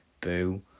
Boo